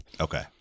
Okay